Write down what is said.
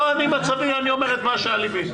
לא, אני אומר את מה שעל ליבי.